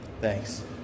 Thanks